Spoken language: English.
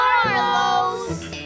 Carlos